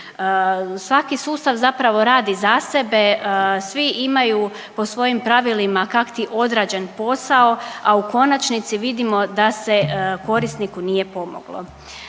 Svaki sustav zapravo radi za sebe, svi imaju po svojim pravilima kakti odrađen posao, a u konačnici vidimo da se korisniku nije pomoglo.